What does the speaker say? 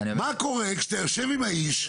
מה קורה כשאתה יושב עם האיש,